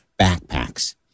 Backpacks